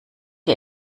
ihr